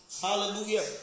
hallelujah